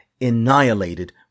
annihilated